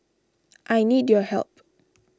I need your help